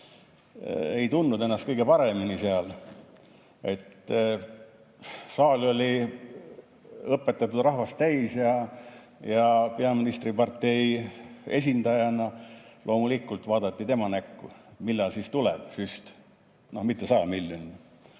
ei tundnud ennast seal kõige paremini. Saal oli õpetatud rahvast täis ja peaministripartei esindajana loomulikult vaadati tema näkku, millal siis süst tuleb. No mitte 100‑miljoniline.